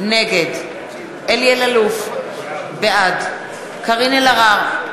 נגד אלי אלאלוף, בעד קארין אלהרר,